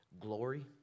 glory